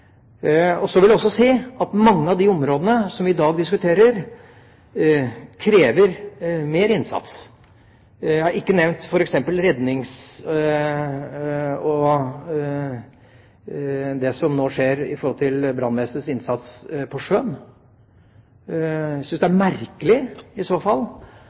bevilgning. Så vil jeg også si at mange av de områdene vi i dag diskuterer, krever mer innsats. Jeg har ikke nevnt f.eks. det som nå skjer i forbindelse med brannvesenets redningsinnsats på sjøen. Jeg syns det er merkelig at man ikke i